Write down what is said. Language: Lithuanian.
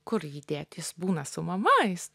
kur jį dėt jis būna su mama jis